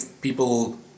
people